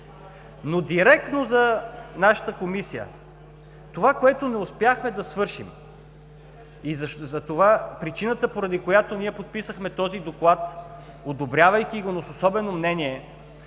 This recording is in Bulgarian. Но директно за нашата Комисия. Това, което не успяхме да свършим, и причината, поради която подписахме този доклад, одобрявайки го, но с особено мнение,